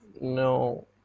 no